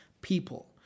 people